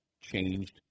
changed